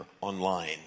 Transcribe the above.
online